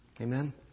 Amen